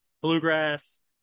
bluegrass